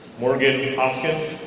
morgan oskitz.